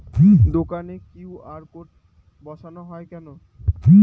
দোকানে QR code বসানো হয় কেন?